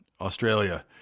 Australia